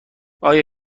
آیا